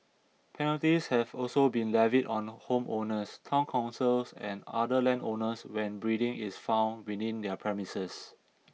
penalties have also been levied on homeowners town councils and other landowners when breeding is found within their premises